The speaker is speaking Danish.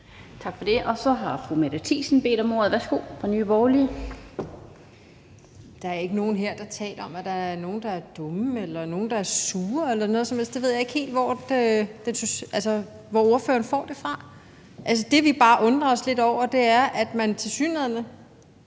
om ordet. Værsgo. Kl. 19:56 Mette Thiesen (NB): Der er ikke nogen her, der taler om, at der er nogle, der er dumme, eller nogle, der er sure eller noget som helst. Jeg ved ikke helt, hvor ordføreren får det fra. Det, vi bare undrer os lidt over, er, at man tilsyneladende